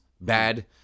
bad